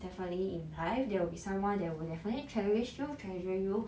definitely in life there will be someone that will definitely cherish you treasure you